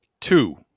two